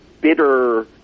bitter